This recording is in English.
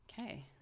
Okay